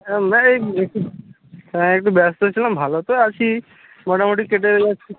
একটু হ্যাঁ একটু ব্যস্ত ছিলাম ভালো তো আছি মোটামুটি কেটে